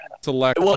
select